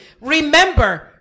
Remember